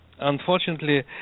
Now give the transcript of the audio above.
unfortunately